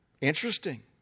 Interesting